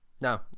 No